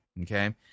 Okay